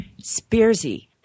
Spearsy